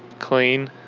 clean,